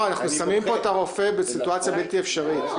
אנחנו שמים פה את הרופא בסיטואציה בלתי אפשרית.